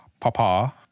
Papa